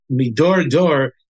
Midor-dor